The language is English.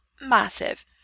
Massive